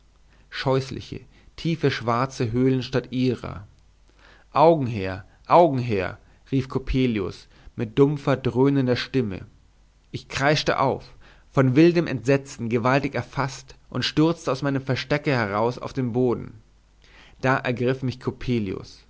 scheußliche tiefe schwarze höhlen statt ihrer augen her augen her rief coppelius mit dumpfer dröhnender stimme ich kreischte auf von wildem entsetzen gewaltig erfaßt und stürzte aus meinem versteck heraus auf den boden da ergriff mich coppelius